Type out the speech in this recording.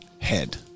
head